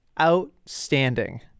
outstanding